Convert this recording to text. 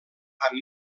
amb